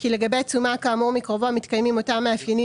כי לגבי תשומה כאמור מקרובו מתקיימים אותם מאפיינים